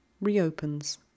reopens